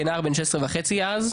כנער בן 16.5 אז,